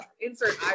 insert